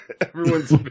Everyone's